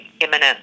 imminent